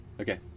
Okay